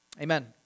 Amen